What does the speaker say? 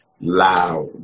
loud